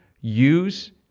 use